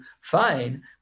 fine